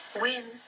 Win